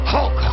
Hulk